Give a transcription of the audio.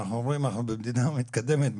אנחנו במדינה מתקדמת,